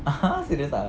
(uh huh) serious ah